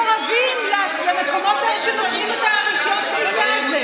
רק בגלל שהם מקורבים למקומות האלה שנותנים את רישיון הכניסה הזה.